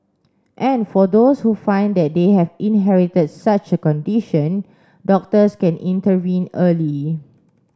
and for those who find that they have inherited such a condition doctors can intervene early